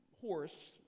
horse